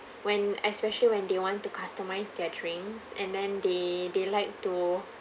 when especially when they want to customise their drinks and then they they like to